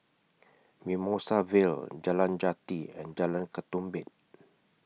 Mimosa Vale Jalan Jati and Jalan Ketumbit